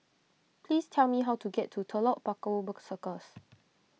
please tell me how to get to Telok Paku Circus